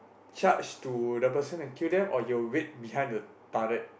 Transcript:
charge to the person and kill them or you will wait behind the turret